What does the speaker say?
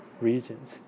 regions